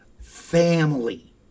family